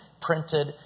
printed